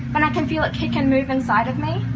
when i can feel it kick and move inside of me?